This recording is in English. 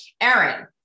Aaron